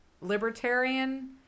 libertarian